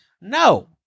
No